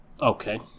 Okay